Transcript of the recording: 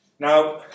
Now